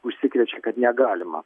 užsikrečia kad negalima